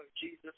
Jesus